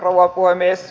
rouva puhemies